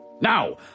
Now